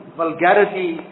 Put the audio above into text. vulgarity